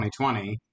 2020